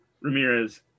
Ramirez